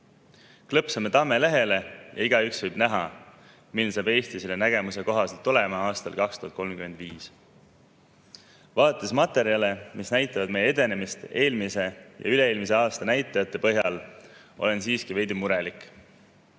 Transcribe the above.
Klõpsame tammelehele, ja igaüks võib näha, milline saab Eesti selle nägemuse kohaselt olema aastal 2035.Vaadates materjale, mis näitavad meie edenemist eelmise ja üle-eelmise aasta näitajate põhjal, olen siiski veidi murelik.